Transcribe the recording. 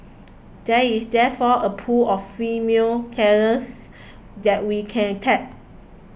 there is therefore a pool of female talents that we can tap